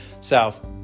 South